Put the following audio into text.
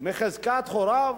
מחזקת הוריו,